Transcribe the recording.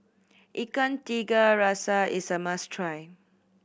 Ikan Tiga Rasa is a must try